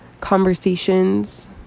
conversations